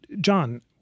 John